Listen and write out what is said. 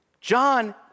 John